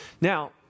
Now